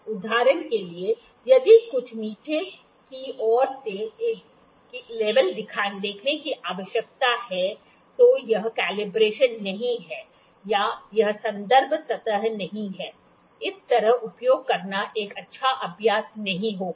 उदाहरण के लिए यदि मुझे नीचे की ओर से एक लेवल देखने की आवश्यकता है तो यह कैलिब्रेशन नहीं है या यह संदर्भ सतह नहीं है इस तरह उपयोग करना एक अच्छा अभ्यास नहीं होगा